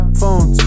Phones